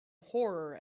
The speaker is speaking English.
horror